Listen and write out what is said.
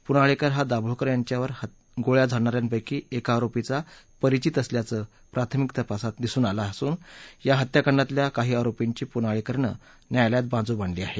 पुनाळेकर हा दाभोळकर यांच्यावर गोळ्या झाडणाऱ्यांपैकी एका आरोपीचा परिचित असल्याचं प्राथमिक तपासात दिसून आलं असून या हत्याकांडातल्या काही आरोपींची पुनाळेकरनं न्यायालयात बाजू मांडली आहे